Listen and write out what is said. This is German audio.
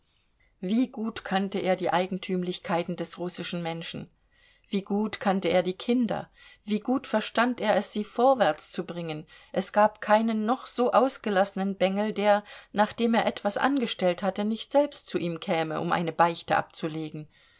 wie gut kannte er die eigentümlichkeiten des russischen menschen wie gut kannte er die kinder wie gut verstand er es sie vorwärts zu bringen es gab keinen noch so ausgelassenen bengel der nachdem er etwas angestellt hatte nicht selbst zu ihm käme um eine beichte abzulegen